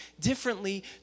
differently